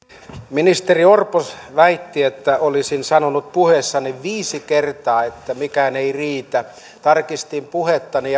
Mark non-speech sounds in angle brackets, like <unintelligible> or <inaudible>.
ministeri orpo väitti että olisin sanonut puheessani viisi kertaa että mikään ei riitä tarkistin puheeni <unintelligible>